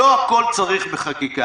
"לא הכול צריך בחקיקה,